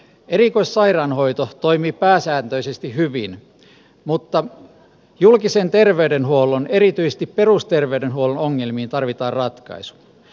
erikoissairaanhoito toimii pääsääntöisesti hyvin mutta julkisen terveydenhuollon erityisesti perusterveydenhuollon ongelmiin tarvitaan ratkaisu